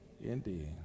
indeed